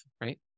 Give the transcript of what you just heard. right